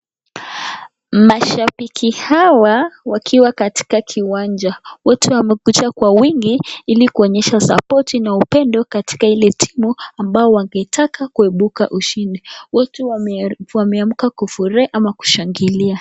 Mashabiki hawa wakiwa katika kiwanja wote wamekuja kwa wingi ili kuonyesha sapoti na upendo katika ile timu ambao wangetaka kuibuka ushindi. Wote wameamka kufurahi ama kushangilia.